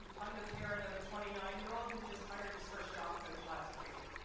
um i'm the parent of a twenty nine year old who just hired his first job coach last week.